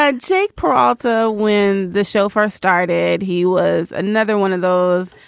ah jake peralta when the show first started, he was another one of those,